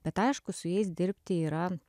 bet aišku su jais dirbti yra